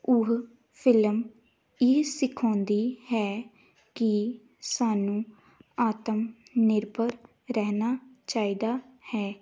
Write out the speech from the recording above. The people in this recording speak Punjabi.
ਉਹ ਫਿਲਮ ਇਹ ਸਿਖਾਉਂਦੀ ਹੈ ਕਿ ਸਾਨੂੰ ਆਤਮ ਨਿਰਭਰ ਰਹਿਣਾ ਚਾਹੀਦਾ ਹੈ